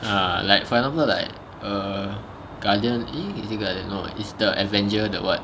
uh like for example like err guardian E is it guardian no is the avenger that what